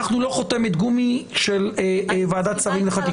אנחנו לא חותמת גומי של ועדת שרים לחקיקה.